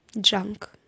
junk